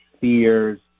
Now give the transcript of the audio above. fears